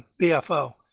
BFO